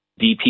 DP